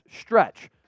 stretch